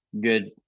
good